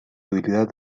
debilidad